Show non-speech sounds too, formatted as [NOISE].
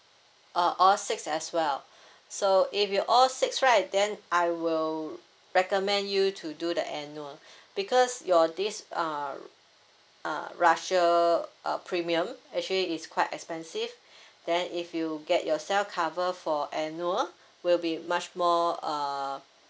uh all six as well [BREATH] so if you all six right then I will recommend you to do the annual [BREATH] because your this uh uh russia uh premium actually is quite expensive [BREATH] then if you get yourself cover for annual will be much more uh